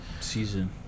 season